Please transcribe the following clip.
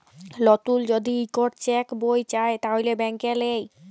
লতুল যদি ইকট চ্যাক বই চায় তাহলে ব্যাংকে লেই